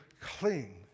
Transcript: clean